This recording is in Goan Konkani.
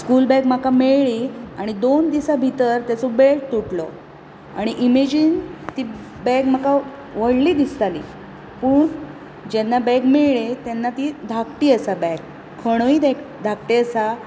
स्कूल बॅग म्हाका मेळ्ळी आनी दोन दिसां भितर तेचो बॅळ तुटलो आनी इमेजीन ती बॅग म्हाका व्हडली दिसताली पूण जेन्ना बॅग मेळ्ळी तेन्ना ती धाकटी आसा बॅग खणूय धेक धाकटे आसा